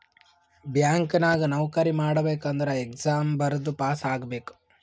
bank ನಾಗ್ ನೌಕರಿ ಮಾಡ್ಬೇಕ ಅಂದುರ್ ಎಕ್ಸಾಮ್ ಬರ್ದು ಪಾಸ್ ಆಗ್ಬೇಕ್